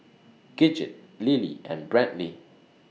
Gidget Lilly and Brantley